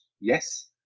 yes